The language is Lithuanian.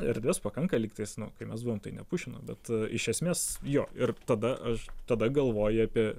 erdvės pakanka lyg tais nu kai mes buvom tai nepušino bet iš esmės jo ir tada aš tada galvoji apie